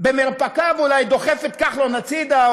במרפקיו אולי דוחף את כחלון הצדה,